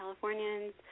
Californians